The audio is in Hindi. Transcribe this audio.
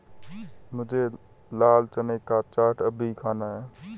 मुझे लाल चने का चाट अभी खाना है